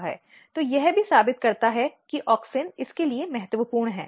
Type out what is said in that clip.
तो यह भी साबित करता है कि ऑक्सिन इसके लिए महत्वपूर्ण है